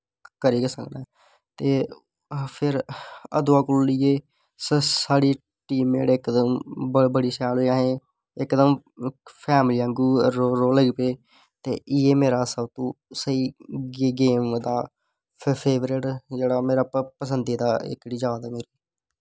करी गै सकना ऐं ते फिर अदूंआ कोला लेईयै साढ़ी टीम जेह्ड़ी इक दऊं बड़ी शैल असैं इक दम फैमली आंह्गर रौह्न लगी पे ते इयै मेरे सब तो स्हेई गेम दा फेवरट जेह्ड़ा मेरा पसंदी दी एह्कड़ा जाद ऐ मेरी